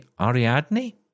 ariadne